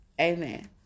Amen